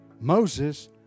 Moses